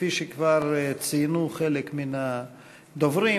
כפי שכבר ציינו חלק מן הדוברים,